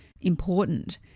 important